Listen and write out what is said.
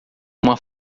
uma